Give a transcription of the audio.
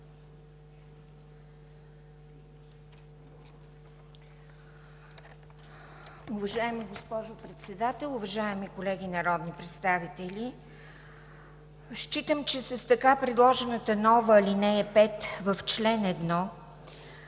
Уважаема госпожо Председател, уважаеми колеги народни представители! Считам, че с така предложената нова ал. 5 в чл. 1